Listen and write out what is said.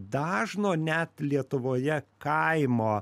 dažno net lietuvoje kaimo